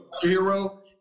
Hero